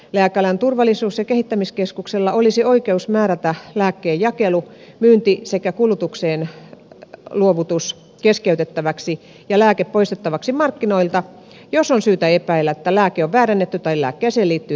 lääkealan turvallisuus ja kehittämiskeskuksella olisi oikeus määrätä lääkkeen jakelu myynti sekä kulutukseen luovutus keskeytettäväksi ja lääke poistettavaksi markkinoilta jos on syytä epäillä että lääke on väärennetty tai lääkkeeseen liittyy tuotevirhe